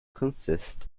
consists